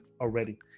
already